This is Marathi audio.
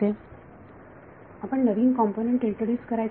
विद्यार्थी आपण नवीन कॉम्पोनन्ट इंट्रोड्युस करायचे